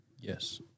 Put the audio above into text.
Yes